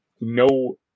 No